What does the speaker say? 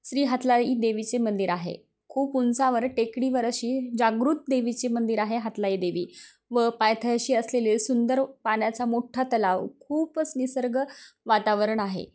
श्री हातलाई देवीचे मंदिर आहे खूप उंचावर टेकडीवर अशी जागृत देवीचे मंदिर आहे हातलाई देवी व पायथ्याशी असलेले सुंदर पाण्याचा मोठ्ठा तलाव खूपच निसर्ग वातावरण आहे